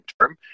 term